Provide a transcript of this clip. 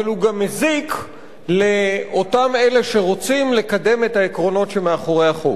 אבל הוא גם מזיק לאותם אלה שרוצים לקדם את העקרונות שמאחורי החוק.